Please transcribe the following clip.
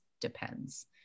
depends